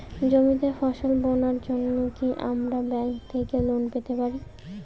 জমিতে ফসল বোনার জন্য কি আমরা ব্যঙ্ক থেকে লোন পেতে পারি?